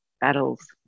battles